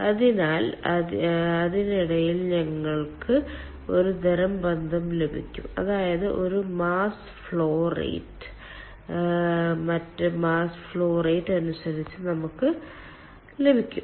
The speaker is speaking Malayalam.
അതിനാൽ അതിനിടയിൽ ഞങ്ങൾക്ക് ഒരുതരം ബന്ധം ലഭിക്കും അതായത് ഒരു മാസ് ഫ്ലോ റേറ്റ് മറ്റ് മാസ് ഫ്ലോ റേറ്റ് അനുസരിച്ച് നമുക്ക് ലഭിക്കും